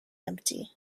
empty